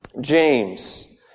James